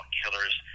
killers